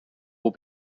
will